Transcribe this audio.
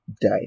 die